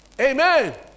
Amen